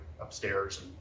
upstairs